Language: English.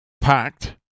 Packed